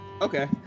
okay